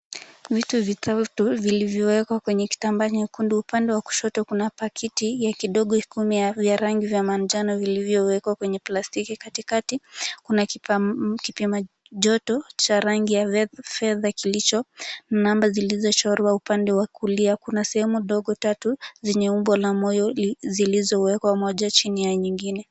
Vitu vitatu vilivyowekwa kwenye kitambaa nyekundu. Upande wa kushoto kuna pakiti ya kidogo kumi vya rangi vya manjano vilivyowekwa kwenye plastiki. Katikati kuna kipimajoto cha rangi ya fedha kilicho na namba zilizochorwa upande wa kulia. Kuna sehemu ndogo tatu zenye umbo wa moyo zilizowekwa moja chini ya nyingine.